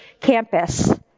campus